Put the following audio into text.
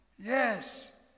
yes